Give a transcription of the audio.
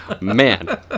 Man